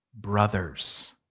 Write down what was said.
brothers